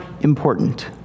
important